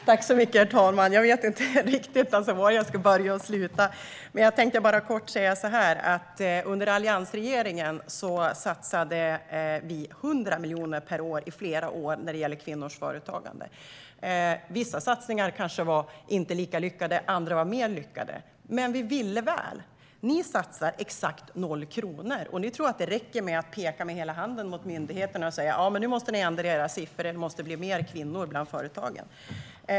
Herr talman! Jag vet inte riktigt var jag ska börja och var jag ska sluta. Men jag tänkte kortfattat säga följande. Under alliansregeringens tid satsade vi 100 miljoner per år i flera år på kvinnors företagande. Vissa satsningar kanske inte var så lyckade. Andra var mer lyckade. Men vi ville väl. Ni satsar exakt noll kronor, och ni tror att det räcker med att peka med hela handen mot myndigheterna och säga att de måste ändra sina siffror och att det måste bli fler kvinnor bland företagarna.